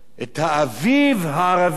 את האביב הערבי.